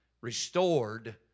restored